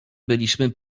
byliśmy